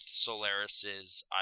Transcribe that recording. Solaris's